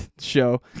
show